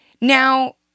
Now